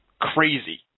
crazy